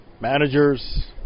Managers